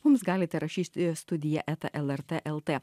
mums galite rašyti studija eta lrt lt